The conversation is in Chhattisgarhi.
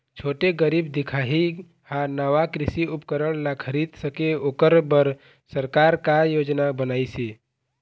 छोटे गरीब दिखाही हा नावा कृषि उपकरण ला खरीद सके ओकर बर सरकार का योजना बनाइसे?